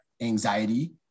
anxiety